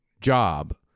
job